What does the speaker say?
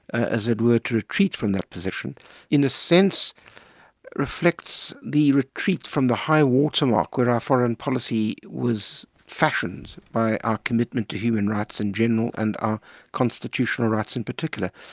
as it were, to retreat from position in a sense reflects the retreat from the high water mark where our foreign policy was fashioned by our commitment to human rights in general and our constitutional rights in particular.